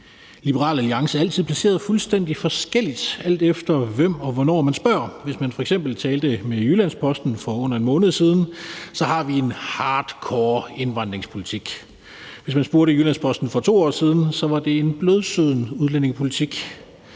Liberal Alliance altid placeret fuldstændig forskellige steder, alt efter hvem og hvornår man spørger. Hvis man f.eks. talte med Jyllands-Posten for under en måned siden, har vi en hardcore indvandringspolitik. Hvis man spurgte Jyllands-Posten for 2 år siden, var det en blødsøden udlændingepolitik.